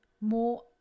more